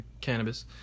cannabis